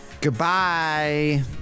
goodbye